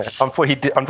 unfortunately